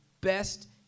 best